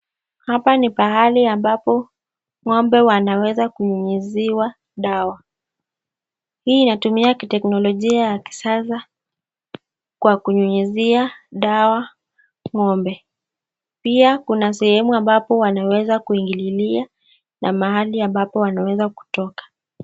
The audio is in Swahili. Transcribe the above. Hapa ni pahali ambapo ng'ombe wanaweza kunyunyiziwa dawa . Hii inatumia kiteknolojia ya kisasa kwa kunyunyizia dawa ng'ombe . Pia kuna sehemu ambapo wanaweza kuingililia na mahali ambapo wanaweza kutoka .